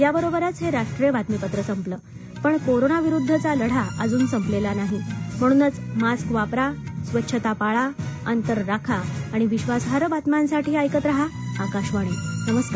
याबरोबरच हे राष्ट्रीय बातमीपत्र संपलं पण कोरोना विरुद्धचा लढा अजून संपलेला नाही म्हणूनच मास्क वापरा स्वच्छता पाळा अंतर राखा आणि विश्वासार्ह बातम्यांसाठी ऐकत रहा आकाशवाणी नमस्कार